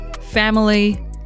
Family